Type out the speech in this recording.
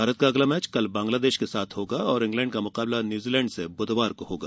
भारत का अगला मैच कल बांग्लादेश से होगा और इंग्लैंड का मुकाबला न्यूजीलैंड से बुधवार को होगा